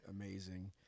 amazing